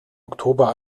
oktober